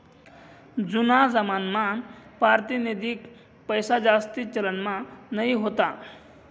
जूना जमानामा पारतिनिधिक पैसाजास्ती चलनमा नयी व्हता